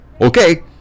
Okay